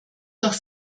durch